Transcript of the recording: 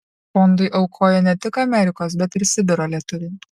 fondui aukoja ne tik amerikos bet ir sibiro lietuviai